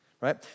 right